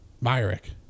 Myrick